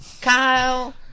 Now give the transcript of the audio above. Kyle